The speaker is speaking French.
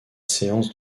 séance